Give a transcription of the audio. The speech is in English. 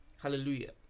Hallelujah